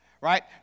right